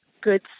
good